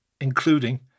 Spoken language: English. including